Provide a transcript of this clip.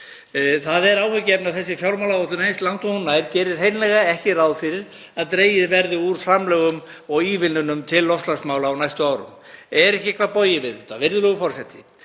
Það er áhyggjuefni að þessi fjármálaáætlun, eins langt og hún nær, gerir hreinlega ráð fyrir að dregið verði úr framlögum og ívilnunum til loftslagsmála á næstu árum. Er ekki eitthvað bogið við það? Virðulegur forseti.